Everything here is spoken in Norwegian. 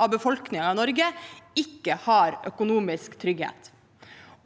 av befolkningen i Norge ikke har økonomisk trygghet,